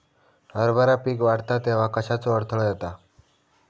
हरभरा पीक वाढता तेव्हा कश्याचो अडथलो येता?